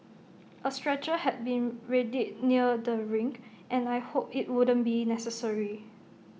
A stretcher had been readied near the ring and I hoped IT wouldn't be necessary